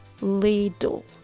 little